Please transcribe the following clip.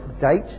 date